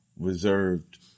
reserved